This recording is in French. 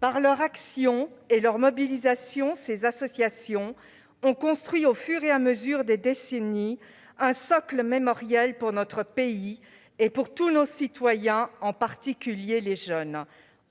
Par leur action et leur mobilisation, ces associations ont construit, au fur et à mesure des décennies, un socle mémoriel pour notre pays et pour tous nos concitoyens, en particulier les jeunes.